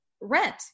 rent